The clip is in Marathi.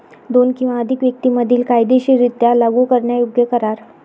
दोन किंवा अधिक व्यक्तीं मधील कायदेशीररित्या लागू करण्यायोग्य करार